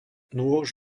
nôž